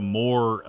more